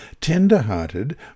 tender-hearted